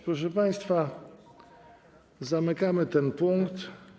Proszę państwa, zamykamy ten punkt.